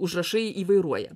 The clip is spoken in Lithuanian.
užrašai įvairuoja